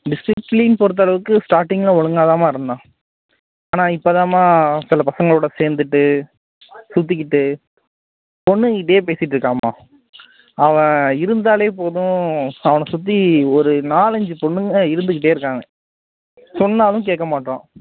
discipline பொறுத்தளவுக்கு ஸ்டாட்டிங்கில் ஒழுங்காக தான்மா இருந்தான் ஆனால் இப்போ தான்மா சில பசங்களோடு சேர்ந்துட்டு சுற்றிக்கிட்டு பொண்ணுங்ககிட்டேயே பேசிகிட்ருக்காம்மா அவன் இருந்தால் போதும் அவனை சுற்றி ஒரு நாலஞ்சு பொண்ணுங்கள் இருந்துகிட்டே இருக்காங்க சொன்னாலும் கேட்க மாட்றான்